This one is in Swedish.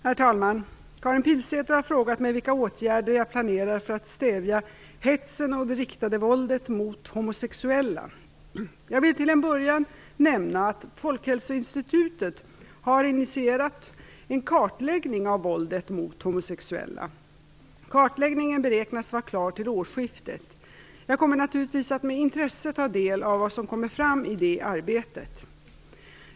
Herr talman! Karin Pilsäter har frågat mig vilka åtgärder jag planerar för att stävja hetsen och det riktade våldet mot homosexuella. Jag vill till en början nämna att Folkhälsoinstitutet har initierat en kartläggning av våldet mot homosexuella. Kartläggningen beräknas vara klar till årsskiftet. Jag kommer naturligtvis att med intresse ta del av vad som kommer fram i detta arbete.